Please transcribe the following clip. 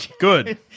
Good